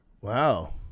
Wow